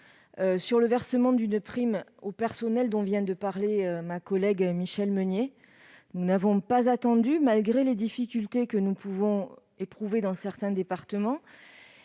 sur le versement de la prime aux personnels dont vient de parler ma collègue Michèle Meunier. Nous n'avons pas attendu, malgré les difficultés que nous pouvons éprouver dans certains départements,